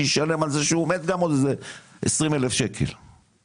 שישלם על זה שהוא עומד גם עוד איזה 20 אלף שקל יש